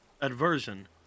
aversion